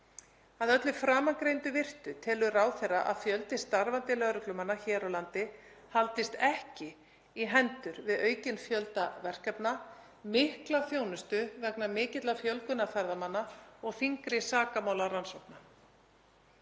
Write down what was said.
Að öllu framangreindu virtu telur ráðherra að fjöldi starfandi lögreglumanna hér á landi haldist ekki í hendur við aukinn fjölda verkefna, mikla þjónustu vegna mikillar fjölgunar ferðamanna og þyngri sakamálarannsókna.